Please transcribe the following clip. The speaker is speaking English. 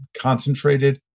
concentrated